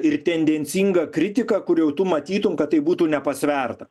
ir tendencingą kritiką kur jau tu matytum kad tai būtų nepasverta